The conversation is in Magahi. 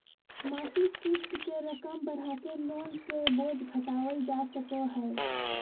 मासिक क़िस्त के रकम बढ़ाके लोन के बोझ घटावल जा सको हय